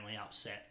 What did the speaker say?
upset